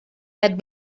that